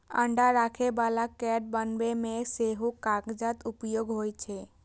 अंडा राखै बला क्रेट बनबै मे सेहो कागतक उपयोग होइ छै